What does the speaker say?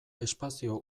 espazio